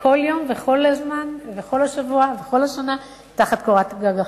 וכל השבוע וכל השנה, תחת קורת גג אחת.